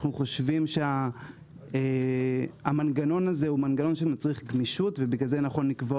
אנחנו חושבים שהמנגנון הזה הוא מנגנון שמצריך גמישות ובגלל זה נכון לקבוע